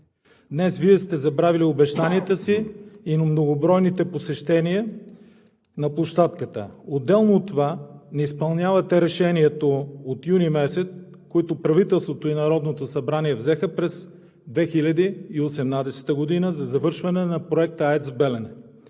Днес Вие сте забравили обещанията си и многобройните посещения на площадката. Отделно от това не изпълнявате решението от месец юни, което правителството и Народното събрание взеха през 2018 г. – за завършване на Проекта АЕЦ „Белене“.